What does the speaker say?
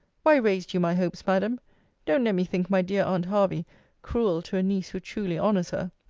why raised you my hopes, madam don't let me think my dear aunt hervey cruel to a niece who truly honours her.